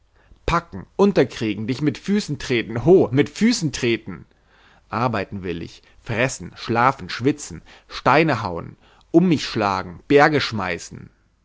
packen unterkriegen dich mit füßen treten ho mit füßen treten arbeiten will ich fressen schlafen schwitzen steine hauen um mich schlagen berge schmeißen